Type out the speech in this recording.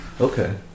Okay